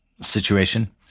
situation